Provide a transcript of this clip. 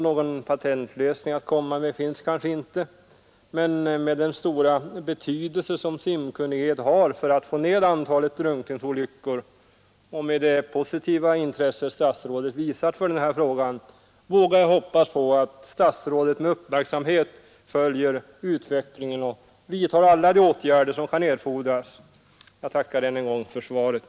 Någon patentlösning finns det väl inte i detta fall, men med den stora betydelse som simkunnigheten har för att få ned antalet drunkningsolyckor och med det positiva intresse som statsrådet visat för den här frågan vågar jag ändå hoppas att statsrådet med uppmärksamhet följer utvecklingen och vidtar alla de åtgärder som kan erfordras. Jag tackar än en gång för svaret.